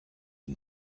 une